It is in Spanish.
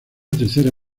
tercera